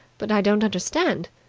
but i don't understand.